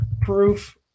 proof